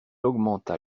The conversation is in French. augmenta